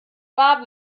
wahr